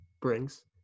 brings